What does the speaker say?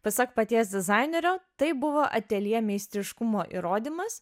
pasak paties dizainerio tai buvo ateljė meistriškumo įrodymas